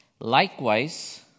Likewise